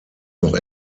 noch